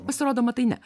pasirodo matai ne